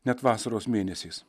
net vasaros mėnesiais